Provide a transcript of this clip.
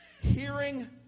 hearing